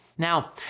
Now